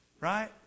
Right